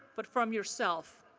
but from yourself.